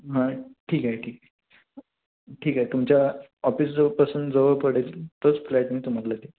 हां ठीक आहे ठीक आहे ठीक आहे तुमच्या ऑफिस जवळपासून जवळ पडेल तोच फ्लॅट मी तुम्हाला देईन